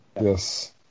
Yes